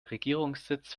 regierungssitz